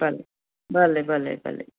भले भले भले भले